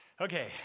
Okay